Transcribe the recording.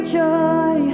joy